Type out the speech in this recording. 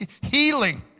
healing